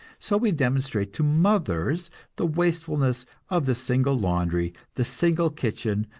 so we demonstrate to mothers the wastefulness of the single laundry, the single kitchen,